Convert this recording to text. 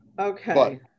Okay